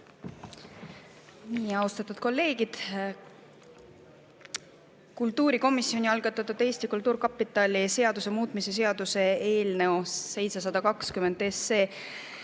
Aitäh! Austatud kolleegid! Kultuurikomisjoni algatatud Eesti Kultuurkapitali seaduse muutmise seaduse eelnõu 720 teise